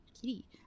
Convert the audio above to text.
Kitty